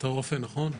אתה רופא, נכון?